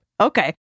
Okay